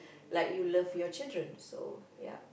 like you love your children so ya